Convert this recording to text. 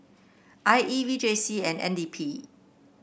I E V J C and N D P